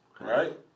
right